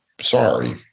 sorry